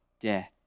death